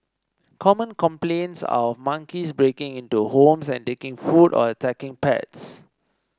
common complaints are of monkeys breaking into homes and taking food or attacking pets